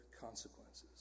consequences